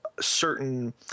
certain